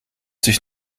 sich